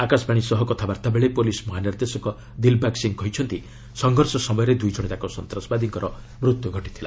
ଆକାଶବାଣୀ ସହ ବାଥାବାର୍ତ୍ତା ବେଳେ ପୁଲିସ୍ ମହାନିର୍ଦ୍ଦେଶକ ଦିଲବାଗ୍ ସିଂହ କହିଛନ୍ତି ସଂଘର୍ଷ ସମୟରେ ଦୁଇଜଣ ଯାକ ସନ୍ତାସବାଦୀଙ୍କର ମୃତ୍ୟୁ ଘଟିଥିଲା